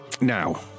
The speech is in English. now